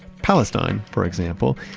palestine, for example,